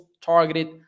targeted